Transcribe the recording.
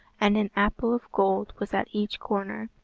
and an apple of gold was at each corner.